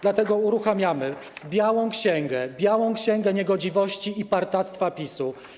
Dlatego uruchamiamy białą księgę, białą księgę niegodziwości i partactwa PiS-u.